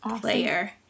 player